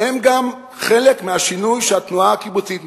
שהם גם חלק מהשינוי שהתנועה הקיבוצית עוברת.